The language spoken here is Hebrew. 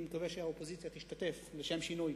אני מקווה שהאופוזיציה תשתתף לשם שינוי